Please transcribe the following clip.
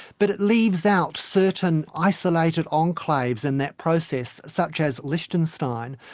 but it leaves out certain isolated enclaves in that process, such as lichtenstein,